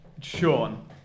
Sean